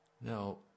Now